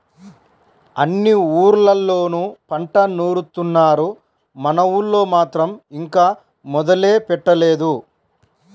అన్ని ఊర్లళ్ళోనూ పంట నూరుత్తున్నారు, మన ఊళ్ళో మాత్రం ఇంకా మొదలే పెట్టలేదు